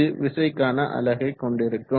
இது விசைக்கான அலகை கொண்டிருக்கும்